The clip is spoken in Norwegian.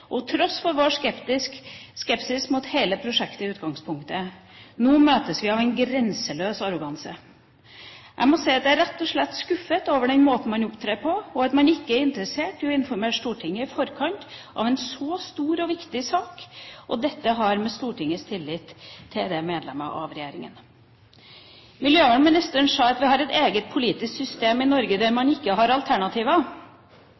tross for vår skepsis mot hele prosjektet i utgangspunktet. Nå møtes vi av en grenseløs arroganse. Jeg må si at jeg rett og slett er skuffet over den måten man opptrer på, og at man ikke er interessert i å informere Stortinget i forkant av en så stor og viktig sak. Dette har å gjøre med Stortingets tillit til medlemmene av regjeringen. Miljøvernministeren sa at vi har et eget politisk system i Norge der